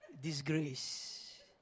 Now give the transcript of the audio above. disgrace